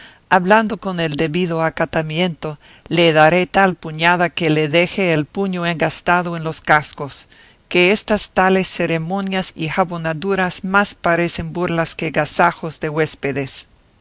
hablando con el debido acatamiento le daré tal puñada que le deje el puño engastado en los cascos que estas tales ceremonias y jabonaduras más parecen burlas que gasajos de huéspedes